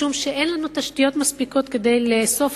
משום שאין לנו תשתיות מספיקות כדי לאסוף,